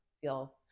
feel